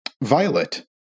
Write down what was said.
Violet